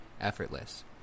effortless